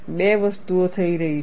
બે વસ્તુઓ થઈ રહી છે